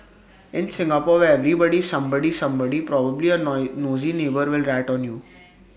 in Singapore where everybody is somebody's somebody probably A nosy neighbour will rat on you